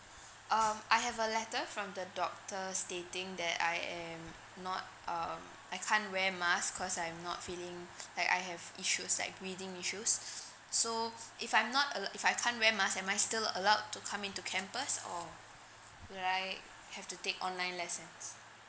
um I have a letter from the doctor stating that I am not um I can't wear mask cause I'm not feeling like I have issues like breathing issues so if I'm not a~ if I can't wear mask am I still allowed to come into campus or would I have to take online lessons